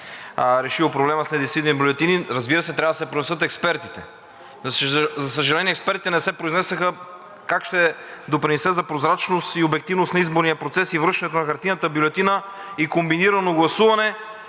решило проблема с недействителните бюлетини. Разбира се, трябва да се произнесат експертите. За съжаление, експертите не се произнесоха как ще допринесат за прозрачност и обективност на изборния процес и връщането на хартиената бюлетина, и комбинирано гласуване,